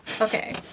okay